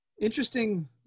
interesting